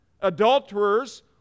adulterers